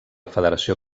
federació